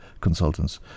consultants